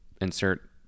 insert